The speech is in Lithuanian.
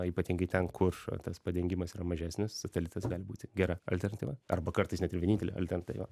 ypatingai ten kur tas padengimas yra mažesnis satelitas gali būti gera alternatyva arba kartais net ir vienintelė alternatyva